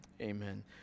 Amen